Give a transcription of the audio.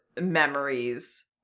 memories